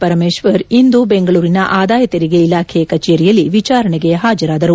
ಪರಮೇಶ್ವರ್ ಇಂದು ಬೆಂಗಳೂರಿನ ಆದಾಯ ತೆರಿಗೆ ಇಲಾಖೆ ಕಚೇರಿಯಲ್ಲಿ ವಿಚಾರಣೆಗೆ ಹಾಜರಾದರು